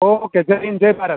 okay જય હિન્દ જય ભારત